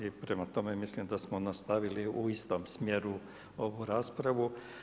I prema tome, mislim da smo nastavili u istom smjeru ovu raspravu.